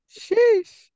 Sheesh